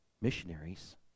missionaries